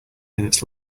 minutes